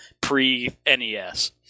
pre-NES